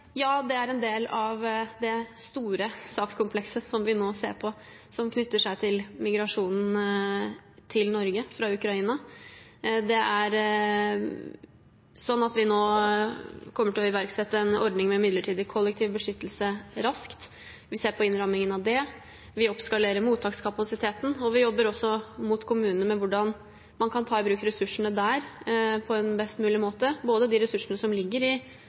Ja, det er en del av det store sakskomplekset som vi nå ser på, som knytter seg til migrasjonen til Norge fra Ukraina. Vi kommer til å iverksette en ordning med midlertidig kollektiv beskyttelse raskt. Vi ser på innrammingen av det. Vi oppskalerer mottakskapasiteten, og vi jobber også mot kommunene med hvordan man kan ta i bruk ressursene der på en best mulig måte – både de ressursene som ligger i